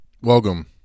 Welcome